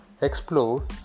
explore